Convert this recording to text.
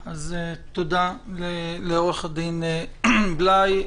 תודה לעו"ד בליי.